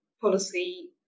policy